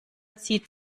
zieht